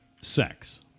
sex